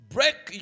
Break